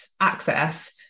access